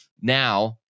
Now